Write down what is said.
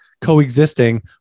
coexisting